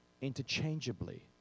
interchangeably